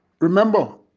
Remember